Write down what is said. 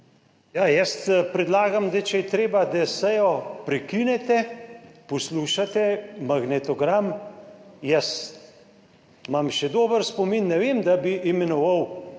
Ja, jaz predlagam, da če je treba, da sejo prekinete, poslušate magnetogram, jaz imam še dober spomin, ne vem, da bi imenoval